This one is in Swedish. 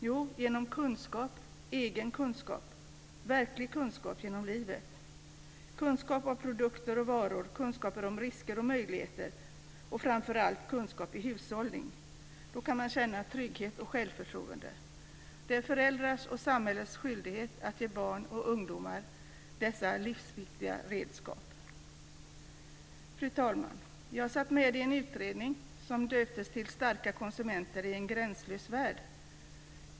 Jo, det ska man få genom kunskap, egen kunskap, verklig kunskap genom livet, kunskap om produkter och varor, kunskaper om risker och möjligheter och framför allt kunskap i hushållning. Då kan man känna trygghet och självförtroende. Det är föräldrars och samhällets skyldighet att ge barn och ungdomar dessa livsviktiga redskap. Fru talman! Jag satt med i en utredning som döptes till Starka konsumenter i en gränslös värld.